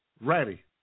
ready